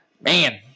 man